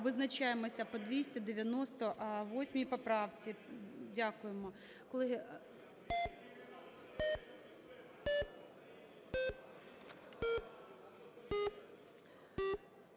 визначаємося по 298 поправці. Дякуємо.